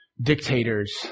dictators